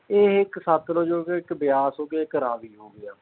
ਇਹ ਇੱਕ ਸਤਲੁਜ ਹੋ ਗਿਆ ਇੱਕ ਬਿਆਸ ਹੋ ਗਿਆ ਇੱਕ ਰਾਵੀ ਹੋ ਗਿਆ